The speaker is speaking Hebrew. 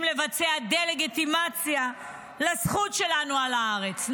לבצע דה-לגיטימציה לזכות שלנו על הארץ,